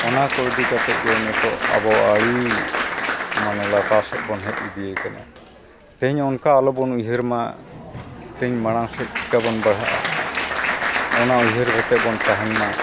ᱚᱱᱟ ᱠᱚ ᱤᱫᱤ ᱠᱟᱛᱮᱫ ᱜᱮ ᱟᱵᱚ ᱟᱹᱰᱤ ᱢᱟᱱᱮ ᱞᱟᱛᱟᱨ ᱥᱮᱫ ᱵᱚᱱ ᱦᱮᱡ ᱤᱫᱤᱭᱟᱠᱟᱱᱟ ᱛᱮᱦᱮᱧ ᱚᱱᱠᱟ ᱟᱞᱚ ᱵᱚᱱ ᱩᱭᱦᱟᱹᱨ ᱢᱟ ᱛᱮᱦᱮᱧ ᱢᱟᱲᱟᱝ ᱥᱮᱫ ᱪᱤᱠᱟᱹ ᱵᱚᱱ ᱵᱟᱲᱦᱟᱜᱼᱟ ᱚᱱᱟ ᱩᱭᱦᱟᱹᱨ ᱠᱟᱛᱮᱫ ᱵᱚᱱ ᱛᱟᱦᱮᱱ ᱢᱟ